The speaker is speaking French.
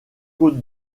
côte